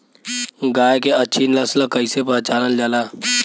गाय के अच्छी नस्ल कइसे पहचानल जाला?